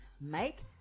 make